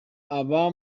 bavuga